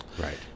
right